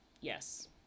Yes